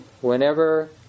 Whenever